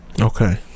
Okay